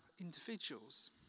individuals